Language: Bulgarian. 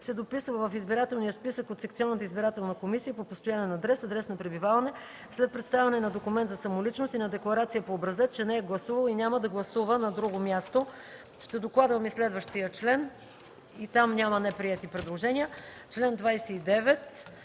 се дописва в избирателния списък от секционната избирателна комисия по постоянен адрес (адрес на пребиваване) след представяне на документ за самоличност и на декларация по образец, че не е гласувал и няма да гласува на друго място.” Ще докладвам и следващия член. И там няма неприети предложения. По чл.